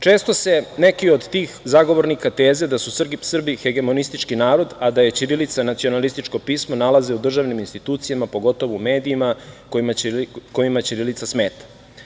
Često se neki od tih zagovornika teze da su Srbi hegemonistički narod, a da je ćirilica nacionalističko pismo nalaze u državnim institucijama, pogotovo u medijima kojima ćirilica smeta.